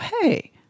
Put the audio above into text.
hey